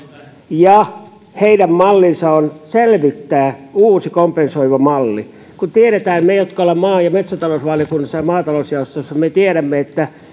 ja heidän mallinsa on selvittää uusi kompensoiva malli me jotka olemme maa ja metsätalousvaliokunnassa ja maatalousjaostossa tiedämme että